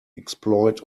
exploit